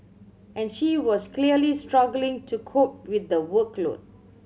and she was clearly struggling to cope with the workload